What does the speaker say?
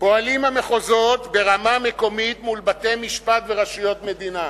פועלים המחוזות ברמה מקומית מול בתי-משפט ורשויות המדינה.